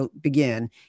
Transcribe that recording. begin